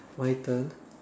my turn